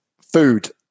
food